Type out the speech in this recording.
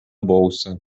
bolsa